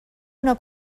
una